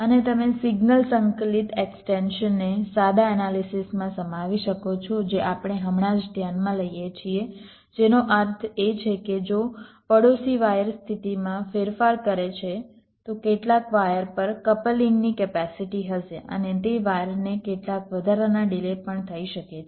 અને તમે સિગ્નલ સંકલિત એક્સ્ટેન્શન્સ ને સાદા એનાલિસિસમાં સમાવી શકો છો જે આપણે હમણાં જ ધ્યાનમાં લઈએ છીએ જેનો અર્થ એ છે કે જો પડોશી વાયર સ્થિતિમાં ફેરફાર કરે છે તો કેટલાક વાયર પર કપલિંગ ની કેપેસિટી હશે અને તે વાયરને કેટલાક વધારાના ડિલે પણ થઈ શકે છે